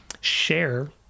share